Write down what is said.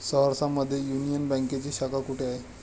सहरसा मध्ये युनियन बँकेची शाखा कुठे आहे?